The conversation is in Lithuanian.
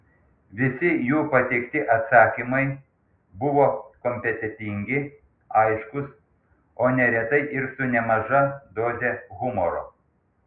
visi jų pateikti atsakymai buvo kompetentingi aiškūs o neretai ir su nemaža doze humoro